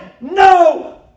no